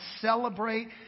celebrate